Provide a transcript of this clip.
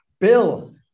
Bill